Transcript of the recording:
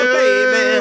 baby